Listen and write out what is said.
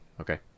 Okay